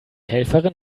helferin